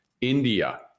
India